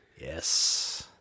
Yes